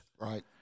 Right